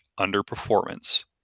underperformance